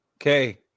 Okay